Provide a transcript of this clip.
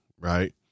right